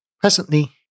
Presently